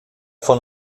von